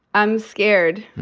i'm scared.